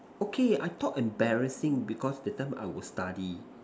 okay I thought embarrassing because that time I was study